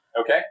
Okay